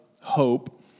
hope